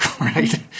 Right